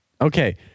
Okay